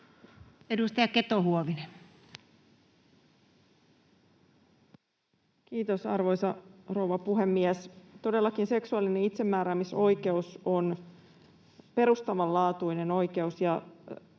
Edustaja Keto-Huovinen. Kiitos, arvoisa rouva puhemies! Todellakin seksuaalinen itsemääräämisoikeus on perustavanlaatuinen oikeus,